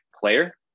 player